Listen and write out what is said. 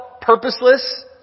purposeless